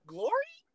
Glory